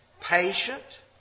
patient